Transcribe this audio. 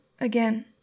again